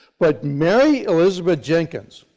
but, mary elizabeth jenkins